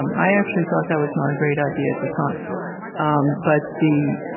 um ah actually, thought that was not a great idea at the time but the